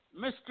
Mr